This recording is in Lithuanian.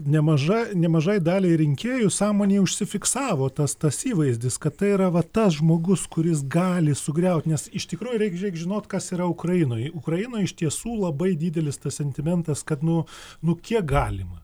nemaža nemažai daliai rinkėjų sąmonėj užsifiksavo tas tas įvaizdis kad tai yra va tas žmogus kuris gali sugriauti nes iš tikrųjų reik reik žinot kas yra ukrainoj ukrainoj iš tiesų labai didelis tas sentimentas kad nu nu kiek galima